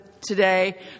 today